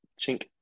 Chink